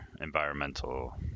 environmental